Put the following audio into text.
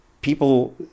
people